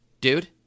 Dude